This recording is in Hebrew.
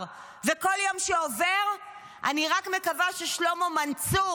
ובכל יום שעובר אני רק מקווה ששלמה מנצור